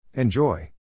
Enjoy